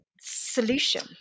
solution